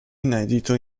inedito